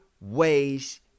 ways